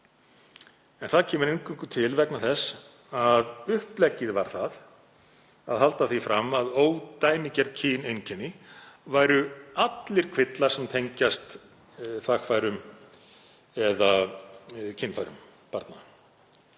En það kemur eingöngu til vegna þess að uppleggið var það að halda því fram að ódæmigerð kyneinkenni séu allt kvillar sem tengjast þvagfærum eða kynfærum barna.